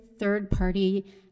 third-party